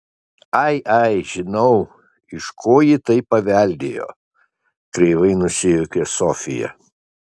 ai ai žinau iš ko ji tai paveldėjo kreivai nusijuokė sofija